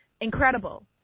incredible